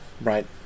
right